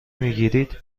میگیرید